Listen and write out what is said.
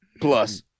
plus